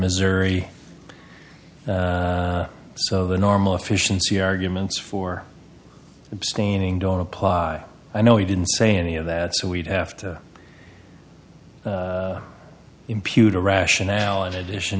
missouri so the normal efficiency arguments for abstaining don't apply i know he didn't say any of that so we'd have to impute a rationale in addition